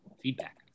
Feedback